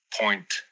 point